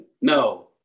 No